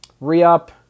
Re-Up